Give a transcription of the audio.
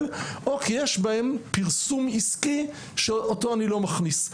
או כי יש בהן פרסום עסקי שאותו אני לא מכניס.